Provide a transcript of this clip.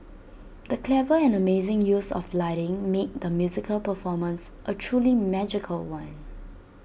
the clever and amazing use of lighting made the musical performance A truly magical one